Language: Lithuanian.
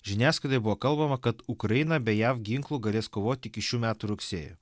žiniasklaidoje buvo kalbama kad ukraina be jav ginklų galės kovoti iki šių metų rugsėjo